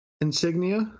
insignia